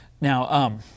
Now